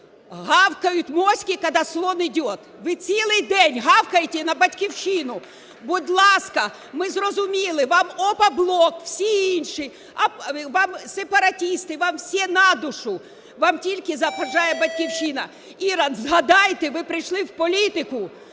гавкають моськи, когда слон идет. Ви цілий день гавкаєте на "Батьківщину". Будь ласка, ми зрозуміли, вам "Опоблок", всі інші, вам сепаратисти, вам все на душу. Вам тільки заважає "Батьківщина". Іра, згадайте, ви прийшли в політику